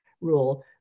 rule